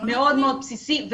מאוד מאוד בסיסי,